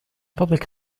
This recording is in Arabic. فضلك